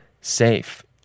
safe